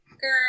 girl